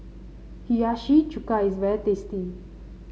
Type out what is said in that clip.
Hiyashi Chuka is very tasty